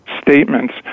statements